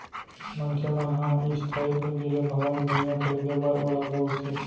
मनखे मन ह इस्थाई पूंजी ले भवन, भुइयाँ खरीदें बर ओला बउरथे